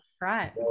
Right